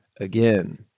again